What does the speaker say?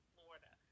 Florida